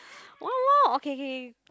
one more okay K